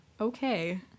okay